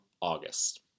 August